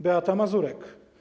Beata Mazurek.